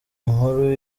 nkuru